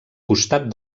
costat